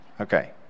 Okay